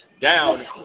down